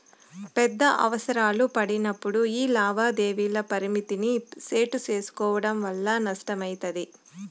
పెద్ద అవసరాలు పడినప్పుడు యీ లావాదేవీల పరిమితిని సెట్టు సేసుకోవడం వల్ల నష్టమయితది